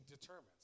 determines